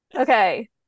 Okay